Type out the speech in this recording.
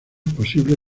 posible